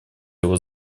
его